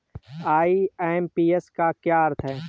IMPS का क्या अर्थ है?